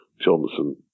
Johnson